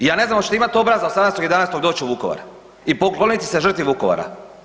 I ja ne znam jel ćete imati obraza 18.11. doći u Vukovar i pokloniti se žrtvi Vukovara.